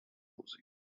losing